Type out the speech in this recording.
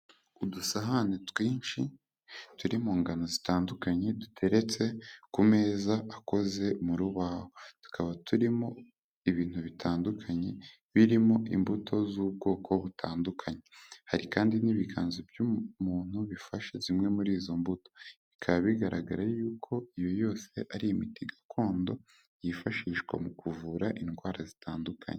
Udusahane twinshi turi mu ngano zitandukanye, duteretse ku meza akoze mu rubaho, tukaba turimo ibintu bitandukanye, birimo imbuto z'ubwoko butandukanye, hari kandi n'ibiganza by'umuntu bifashe zimwe muri izo mbuto, bikaba bigaragara yuko iyo yose ari imiti gakondo, yifashishwa mu kuvura indwara zitandukanye.